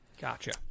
Gotcha